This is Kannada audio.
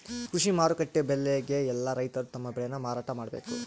ಕೃಷಿ ಮಾರುಕಟ್ಟೆ ಬೆಲೆಗೆ ಯೆಲ್ಲ ರೈತರು ತಮ್ಮ ಬೆಳೆ ನ ಮಾರಾಟ ಮಾಡ್ಬೇಕು